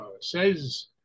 says